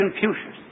Confucius